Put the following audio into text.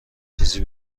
چیزی